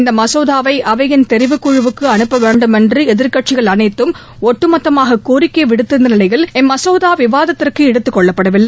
இந்த மசோதாவை அவையின் தெரிவுக்குழுவுக்கு அனுப்ப வேண்டுமென்று எதிர்க்கட்சிகள் அனைத்தும் ஒட்டுமொத்தமாக கோரிக்கை விடுத்திருந்த நிலையில் இம்மசோதா விவாதத்திற்கு எடுத்துக் கொள்ளப்படவில்லை